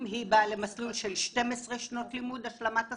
אם היא באה למסלול של 12 שנות לימוד השלמת השכלה,